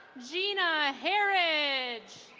rihanna haridge.